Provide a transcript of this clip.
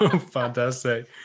Fantastic